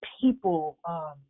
people